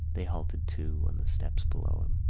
they halted, too, on the steps below him.